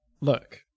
look